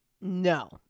No